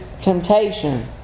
temptation